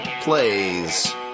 plays